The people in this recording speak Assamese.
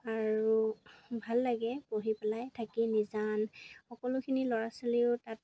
আৰু ভাল লাগে পঢ়ি পেলাই থাকি নিজান সকলোখিনি ল'ৰা ছোৱালীয়েও তাত